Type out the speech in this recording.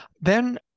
Then-